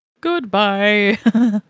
Goodbye